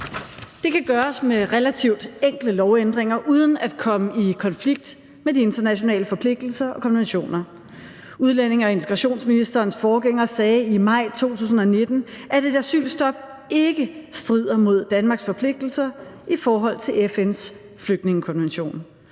Det kan gøres med relativt enkle lovændringer uden at komme i konflikt med de internationale forpligtelser og konventioner. Udlændinge- og integrationsministerens forgænger sagde i maj 2019, at et asylstop ikke strider mod Danmarks forpligtelser i forhold til FN's flygtningekonvention,